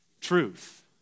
truth